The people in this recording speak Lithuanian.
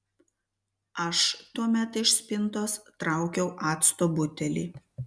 aš tuomet iš spintos traukiau acto butelį